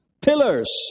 pillars